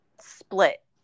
split